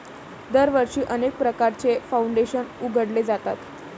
दरवर्षी अनेक प्रकारचे फाउंडेशन उघडले जातात